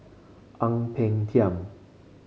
Ang Peng Tiam